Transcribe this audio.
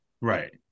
Right